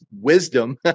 wisdom